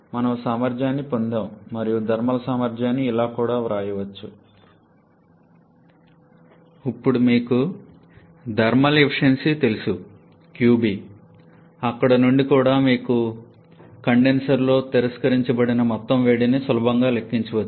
మనము సామర్థ్యాన్ని పొందాము మరియు థర్మల్ సామర్థ్యాన్ని ఇలా కూడా వ్రాయవచ్చని మీకు తెలుసు ఇప్పుడు మీకు థర్మల్ ఎఫిషియన్సీ తెలుసు qB అక్కడ నుండి కూడా మీకు కండెన్సర్లో తిరస్కరించబడిన మొత్తం వేడిని సులభంగా లెక్కించవచ్చు